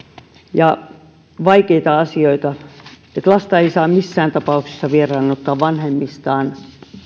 ja vaikeita asioita että lasta ei saa missään tapauksessa vieraannuttaa vanhemmistaan